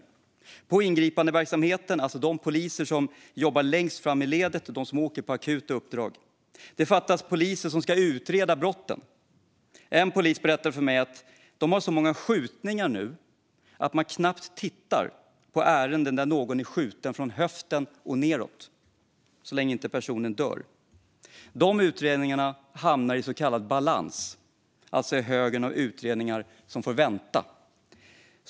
Det fattas poliser i ingripandeverksamheten, det vill säga de poliser som jobbar längst fram i ledet och åker på akuta uppdrag. Och det fattas poliser som kan utreda brott. En polis berättade för mig att man nu har så många skjutningar att man knappt tittar på ärenden där en person är skjuten från höften och nedåt och inte dör. De utredningarna hamnar i så kallad balans, alltså i högen av utredningar som får vänta.